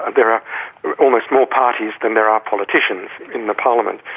ah there are almost more parties than there are politicians in the parliament.